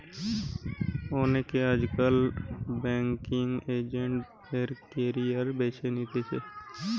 অনেকে আজকাল banking agent এর ক্যারিয়ার বেছে নিতেছে